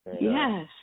Yes